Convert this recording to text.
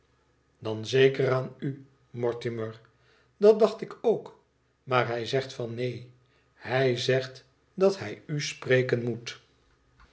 idan zeker aan u mortimer f dat dacht ik ook maar hij zegt van neen hij zegt dat hij u spreken moet